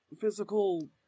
physical